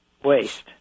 waste